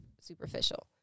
superficial